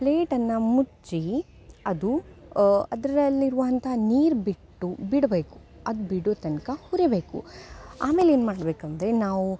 ಪ್ಲೇಟನ್ನು ಮುಚ್ಚಿ ಅದು ಅದರಲ್ಲಿರುವಂಥ ನೀರು ಬಿಟ್ಟು ಬಿಡಬೇಕು ಅದು ಬಿಡೋ ತನಕ ಹುರಿಯಬೇಕು ಆಮೇಲೆ ಏನು ಮಾಡಬೇಕಂದ್ರೆ ನಾವು